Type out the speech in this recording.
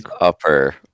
upper